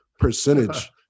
percentage